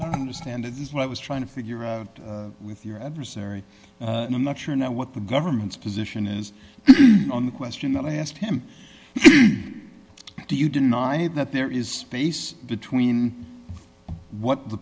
the standard is what i was trying to figure out with your adversary and i'm not sure now what the government's position is on the question that i asked him do you deny that there is space between what the